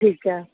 ਠੀਕ ਹੈ